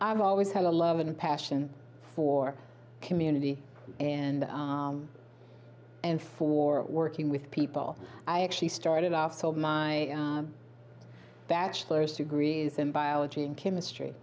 i've always had a love and passion for community and and for working with people i actually started off so my bachelor's degrees in biology and chemistry